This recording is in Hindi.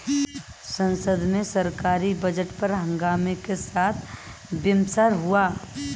संसद में सरकारी बजट पर हंगामे के साथ विमर्श हुआ